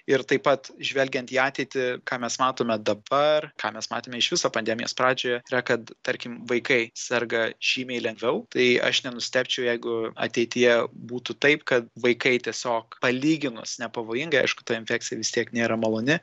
ir taip pat žvelgiant į ateitį ką mes matome dabar ką mes matėme iš viso pandemijos pradžioje yra kad tarkim vaikai serga žymiai lengviau tai aš nenustebčiau jeigu ateityje būtų taip kad vaikai tiesiog palyginus nepavojingai aišku ta infekcija vis tiek nėra maloni